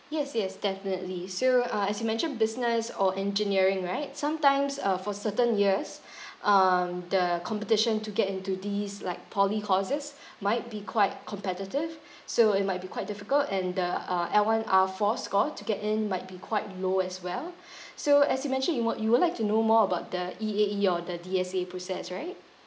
yes yes definitely so uh as you mentioned business or engineering right sometimes uh for certain years um the competition to get into these like poly courses might be quite competitive so it might be quite difficult and the uh L one R four score to get in might be quite low as well so as you mentioned you wo~ you would like to know more about the E_A_E or the D_S_A process right